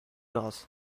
gulls